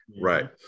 Right